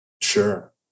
Sure